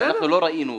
שלא ראינו אותן.